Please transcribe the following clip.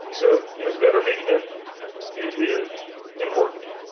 so you know gutter maintenance is important.